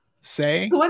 Say